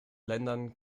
ländern